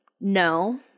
no